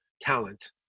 talent